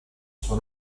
suo